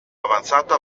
avanzata